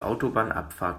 autobahnabfahrt